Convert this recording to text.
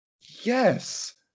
yes